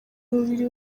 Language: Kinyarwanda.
mubiri